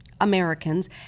Americans